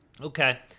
Okay